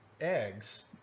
eggs